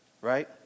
right